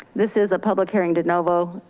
this is a public hearing denovo.